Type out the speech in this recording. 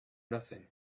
nothing